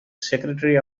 secretary